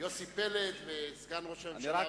יוסי פלד וסגן ראש הממשלה דן מרידור.